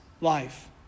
life